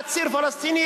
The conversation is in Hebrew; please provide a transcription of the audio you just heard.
עציר פלסטיני,